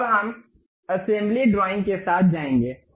अब हम assembly drawing के साथ जाएंगे